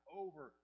over